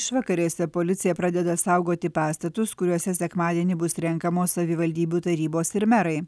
išvakarėse policija pradeda saugoti pastatus kuriuose sekmadienį bus renkamos savivaldybių tarybos ir merai